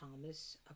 Thomas